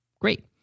great